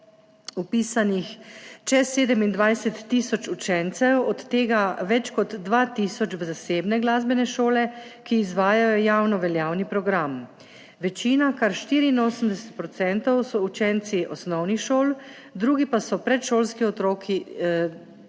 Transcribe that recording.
vpisanih čez 27 tisoč učencev, od tega več kot 2 tisoč v zasebne glasbene šole, ki izvajajo javnoveljavni program. Večina, kar 84 %, so učenci osnovnih šol, drugi pa so predšolski otroci,